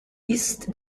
ist